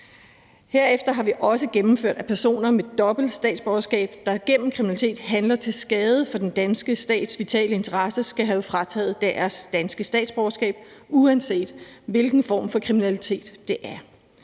Herefter har vi også gennemført, at personer med dobbelt statsborgerskab, der gennem kriminalitet handler til skade for den danske stats vitale interesser, skal have frataget deres danske statsborgerskab, uanset hvilken form for kriminalitet det er.